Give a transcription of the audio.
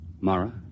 Mara